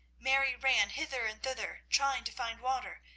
mary ran hither and thither trying to find water,